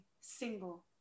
single